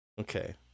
Okay